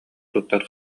туттар